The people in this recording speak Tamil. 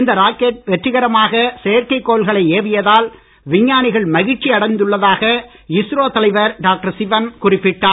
இந்த ராக்கெட் வெற்றிகரமாக செயற்கை கோள்களை ஏவியதால் விஞ்ஞானிகள் மகிழ்ச்சி அடைந்துள்ளதாக இஸ்ரோ தலைவர் டாக்டர் சிவன் குறிப்பிட்டார்